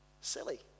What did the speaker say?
silly